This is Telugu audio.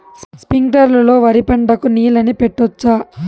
స్ప్రింక్లర్లు లో వరి పంటకు నీళ్ళని పెట్టొచ్చా?